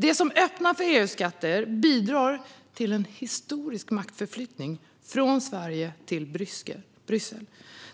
De som öppnar för EU-skatter bidrar till en historisk maktförflyttning från Sverige till Bryssel.